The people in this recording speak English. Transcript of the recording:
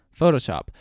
photoshop